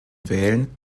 wählen